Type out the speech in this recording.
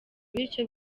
bityo